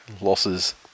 losses